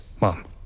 Mom